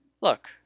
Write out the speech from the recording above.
look